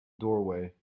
doorway